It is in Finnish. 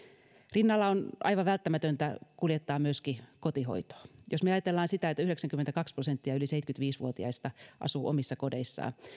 rinnalla on aivan välttämätöntä kuljettaa myöskin kotihoitoa jos ajatellaan sitä että yhdeksänkymmentäkaksi prosenttia yli seitsemänkymmentäviisi vuotiaista asuu omissa kodeissaan